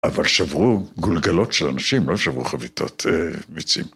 ‫אבל שברו גולגלות של אנשים, ‫לא שברו חביתות ביצים.